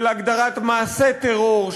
של הגדרת מעשה טרור,